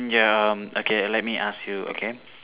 ya um okay let me ask you okay